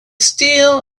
steel